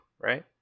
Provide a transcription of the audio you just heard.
Right